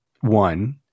one